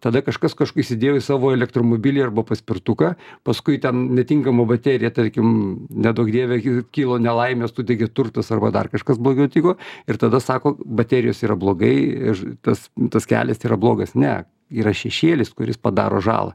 tada kažkas kaž įsidėjo į savo elektromobilį arba paspirtuką paskui ten netinkama baterija tarkim neduok dieve kilo nelaimės sudegė turtas arba dar kažkas blogiau tiko ir tada sako baterijos yra blogai iž tas tas kelias yra blogas ne yra šešėlis kuris padaro žalą